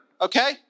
okay